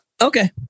Okay